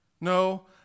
No